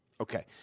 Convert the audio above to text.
Okay